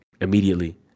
immediately